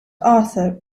arthur